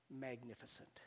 magnificent